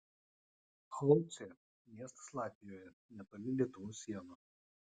aucė miestas latvijoje netoli lietuvos sienos